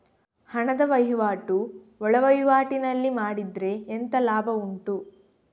ಹಣದ ವಹಿವಾಟು ಒಳವಹಿವಾಟಿನಲ್ಲಿ ಮಾಡಿದ್ರೆ ಎಂತ ಲಾಭ ಉಂಟು?